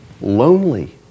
lonely